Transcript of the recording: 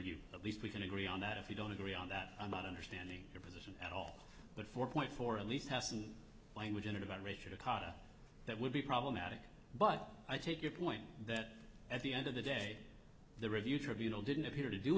you at least we can agree on that if you don't agree on that i'm not understanding your position at all but four point four at least hasn't language in it about richard a kata that would be problematic but i take your point that at the end of the day the review tribunal didn't appear to do